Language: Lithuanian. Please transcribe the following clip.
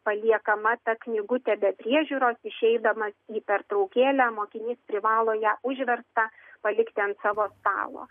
paliekama ta knygutė be priežiūros išeidamas į pertraukėlę mokinys privalo ją užverstą palikti ant savo stalo